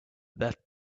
that